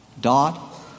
dot